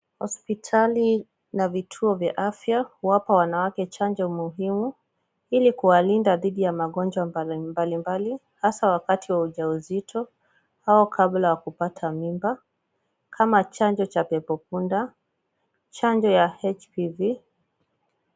Hospitali na vituo vya afya huwapa wanawake chanjo muhimu ili kuwalinda dhidi ya magonjwa mbalimbali ,hasa wakati wa ujauzito au kabla ya kupata mimba, kama chanja cha pepo punda, chanjo ya HPV.